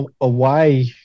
away